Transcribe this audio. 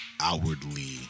outwardly